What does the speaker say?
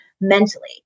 mentally